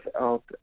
out